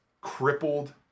crippled